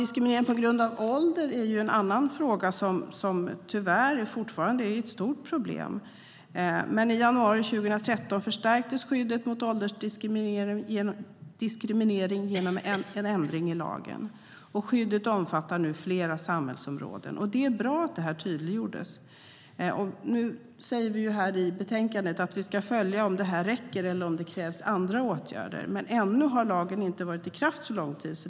Diskriminering på grund av ålder är en annan fråga som tyvärr fortfarande är ett stort problem. I januari 2013 förstärktes skyddet mot åldersdiskriminering genom en ändring i lagen. Skyddet omfattar nu flera samhällsområden. Det är bra att det tydliggjordes. Nu framgår det av betänkandet att riksdagen ska följa frågan för att se om det räcker eller om det krävs andra åtgärder. Ännu har lagen inte varit i kraft så lång tid.